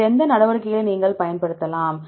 வேறு எந்த நடவடிக்கைகளை நீங்கள் பயன்படுத்தலாம்